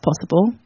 possible